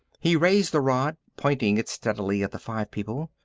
he raised the rod, pointing it steadily at the five people.